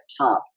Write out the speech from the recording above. top